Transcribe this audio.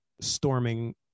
storming